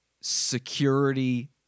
security